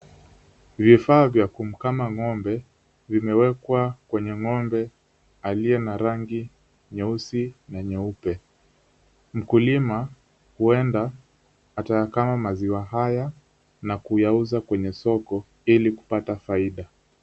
Vifaa vya kumkama ng'ombe vimewekwa kwenye ng'ombe aliye na rangi nyeusi na nyeupe. Mkulima huenda atayakama maziwa haya na kuyauza kwa soko ili kupata faida.